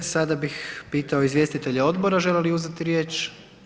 E sada bih pitao izvjestitelje odbora žele li uzeti riječ?